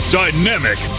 dynamic